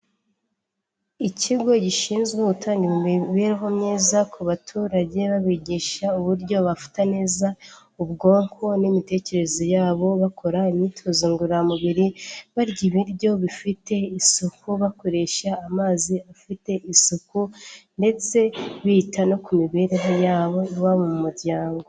Ikigo gishinzwe gutanga imibereho myiza ku baturage babigisha uburyo bafata neza ubwonko n'imitekerereze yabo, bakora imyitozo ngororamubiri, barya ibiryo bifite isuku, bakoresha amazi afite isuku ndetse bita no ku mibereho yabo iba mu muryango.